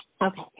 Okay